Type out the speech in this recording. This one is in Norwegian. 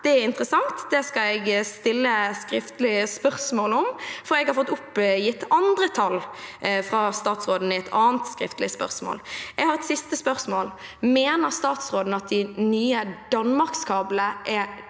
Det er interessant. Det skal jeg stille skriftlig spørsmål om, for jeg har fått oppgitt andre tall fra statsråden i et annet skriftlig spørsmål. Jeg har et siste spørsmål: Mener statsråden at de nye Danmark-kablene er fysisk